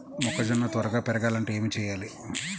మొక్కజోన్న త్వరగా పెరగాలంటే ఏమి చెయ్యాలి?